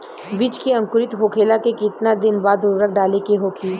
बिज के अंकुरित होखेला के कितना दिन बाद उर्वरक डाले के होखि?